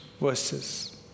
verses